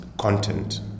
content